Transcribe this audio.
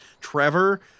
Trevor